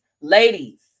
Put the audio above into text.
ladies